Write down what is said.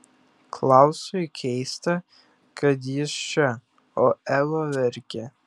klausui keista kad jis čia o eva verkia